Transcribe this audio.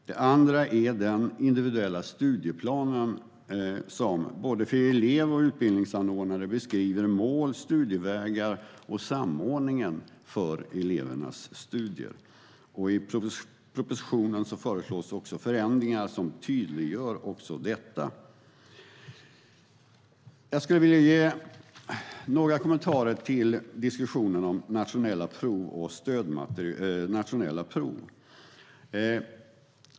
Den andra är den individuella studieplanen, som både för elev och utbildningsanordnare beskriver mål, studievägar och samordningen för elevens studier. I propositionen föreslås förändringar som tydliggör också detta. Jag skulle vilja ge några kommentarer till diskussionen om nationella prov.